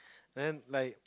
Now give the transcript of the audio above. then like